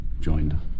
joined